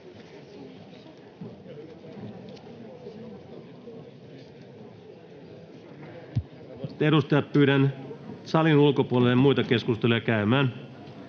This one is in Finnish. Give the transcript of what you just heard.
edustajat, pyydän salin ulkopuolelle muita keskusteluja käymään.